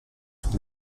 son